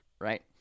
right